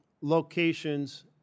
locations